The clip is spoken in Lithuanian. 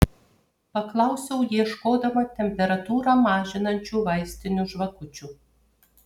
paklausiau ieškodama temperatūrą mažinančių vaistinių žvakučių